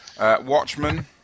Watchmen